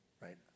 Right